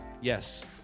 Yes